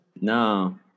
No